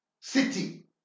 city